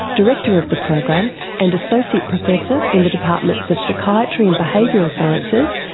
director of the program and associate professor in the departments of psychiatry and behavioural sciences,